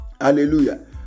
Hallelujah